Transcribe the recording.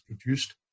produced